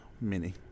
Mini